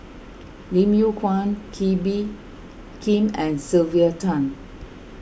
Lim Yew Kuan Kee Bee Khim and Sylvia Tan